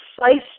precise